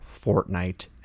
Fortnite